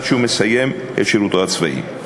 עד שהוא מסיים את שירותו הצבאי.